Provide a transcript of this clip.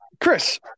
Chris